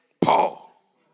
Paul